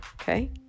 okay